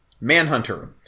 Manhunter